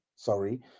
sorry